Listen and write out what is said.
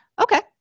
Okay